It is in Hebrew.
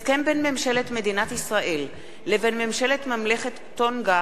הסכם בין ממשלת מדינת ישראל לבין ממשלת ממלכת טונגה